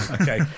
Okay